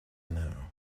now